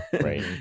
Right